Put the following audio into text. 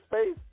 space